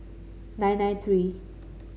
nine nine three